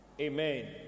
Amen